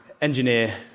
engineer